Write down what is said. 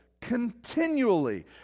continually